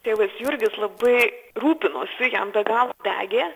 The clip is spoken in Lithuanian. tėvas jurgis labai rūpinosi jam be galo degė